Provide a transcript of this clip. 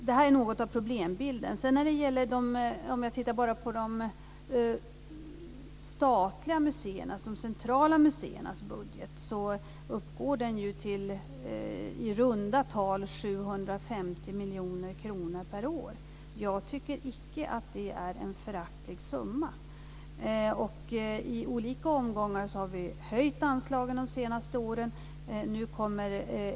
Det här är något av problembilden. När man sedan tittar på bara de statliga, centrala museernas budget kan man se att den uppgår till i runda tal 750 miljoner kronor per år. Jag tycker icke att det är en föraktlig summa. I olika omgångar har vi höjt anslagen de senaste åren.